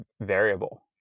variable